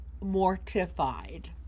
mortified